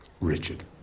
Richard